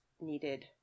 needed